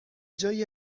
جای